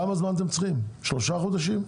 כמה אתם צריכים, שלושה חודשים?